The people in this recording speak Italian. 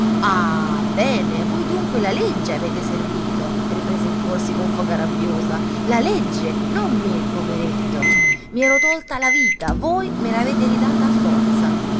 ah bene voi dunque la legge avete servito riprese il corsi con foga rabbiosa la legge non me poveretto i ero tolta la vita voi me l'avete ridata a forza